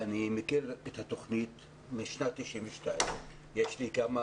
אני מכיר את התוכנית משנת 1992. יש כמה